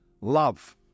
love